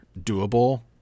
doable